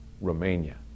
Romania